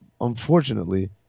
unfortunately